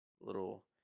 little